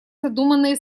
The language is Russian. задуманные